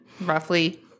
roughly